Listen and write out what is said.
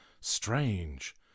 Strange